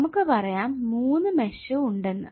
നമുക്ക് പറയാം 3 മെഷ് ഉണ്ടെന്ന്